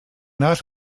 not